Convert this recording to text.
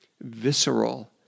visceral